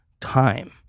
time